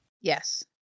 yes